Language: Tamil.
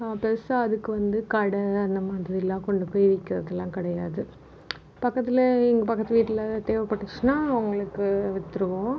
பெரிசா அதுக்கு வந்து கடை அந்த மாதிரிலாம் கொண்டு போய் விக்கிறதெலாம் கிடையாது பக்கத்தில் எங்க பக்கத்து வீட்டில் தேவைப்பட்டுச்னா அவங்களுக்கு விற்றுருவோம்